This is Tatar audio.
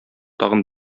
тагын